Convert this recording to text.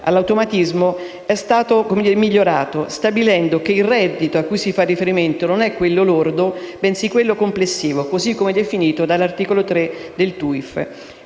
all'automatismo, è stato migliorato stabilendo che il reddito cui si fa riferimento non è quello lordo ma quello complessivo, così come definito dall'articolo 3 del TUIR,